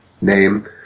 name